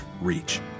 reach